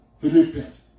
Philippians